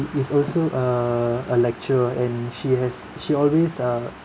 is also err a lecturer and she has she always uh